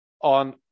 on